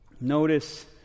Notice